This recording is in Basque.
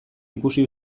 ikusi